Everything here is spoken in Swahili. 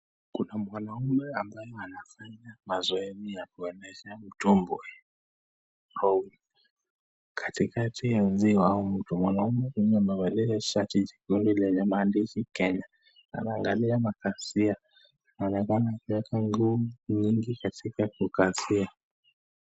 Kuna mwanamume ambaye anafanya mazoezi ya kuendesha mitumbwe au. Katikati ziwea au mtu mwanamume mwenyewe amevalia tishati nyekundu yenye maandishi Kenya. Anaangalia makasia. Anaonekana akiweka ngumi nyingi katika kukasia.